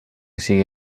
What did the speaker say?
sigui